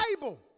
Bible